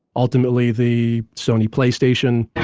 ultimately the sony playstation